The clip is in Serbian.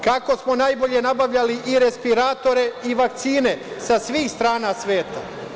Kako smo najbolje nabavljali i respiratore, i vakcine sa svih strana sveta.